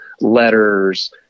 letters